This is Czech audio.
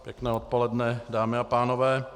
Pěkné odpoledne dámy a pánové.